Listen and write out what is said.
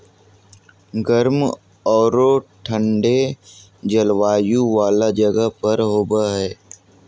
गर्म औरो ठन्डे जलवायु वाला जगह पर हबैय हइ